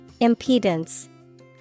Impedance